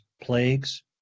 plagues